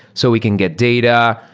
so we can get data.